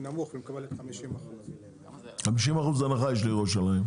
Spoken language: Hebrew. נמוך והיא מקבלת 50%. 50% הנחה יש לירושלים,